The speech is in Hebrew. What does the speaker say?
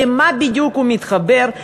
למה בדיוק הוא מתחבר?